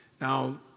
Now